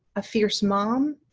a fierce mom,